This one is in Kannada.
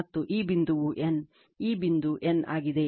ಮತ್ತು ಈ ಬಿಂದುವು N ಈ ಬಿಂದು N ಆಗಿದೆ